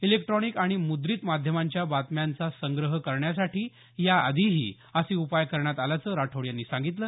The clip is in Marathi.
इलेक्ट्रॉनिक आणि मुद्रित माध्यमांच्या बातम्यांचा संग्रह करण्यासाठी याआधीही असे उपाय करण्यात आल्याचं राठोड यांनी सांगितलं